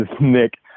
Nick